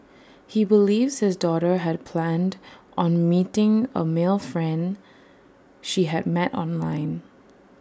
he believes his daughter had planned on meeting A male friend she had met online